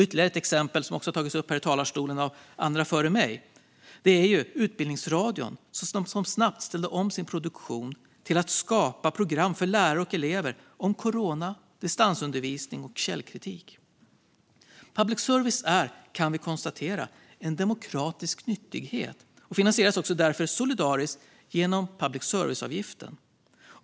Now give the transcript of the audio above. Ytterligare ett exempel, som också har tagits upp här i talarstolen av andra före mig, är hur Utbildningsradion snabbt ställde om sin produktion till att skapa program för lärare och elever om corona, distansundervisning och källkritik. Public service är, kan vi konstatera, en demokratisk nyttighet och finansieras också solidariskt genom public service-avgiften.